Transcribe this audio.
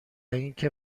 اینکه